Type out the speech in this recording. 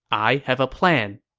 i have a plan.